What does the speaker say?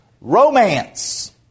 romance